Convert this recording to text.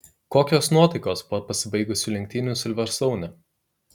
kokios nuotaikos po pasibaigusių lenktynių silverstoune